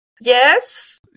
Yes